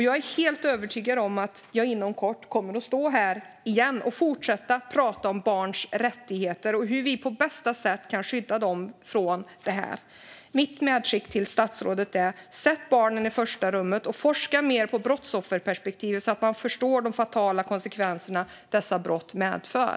Jag är helt övertygad om att jag inom kort kommer att stå här igen och tala om barns rättigheter och om hur vi på bästa sätt kan skydda dem från det här. Mitt medskick till statsrådet är: Sätt barnen i första rummet, och forska mer på brottsofferperspektivet så att man förstår de fatala konsekvenser som dessa brott medför.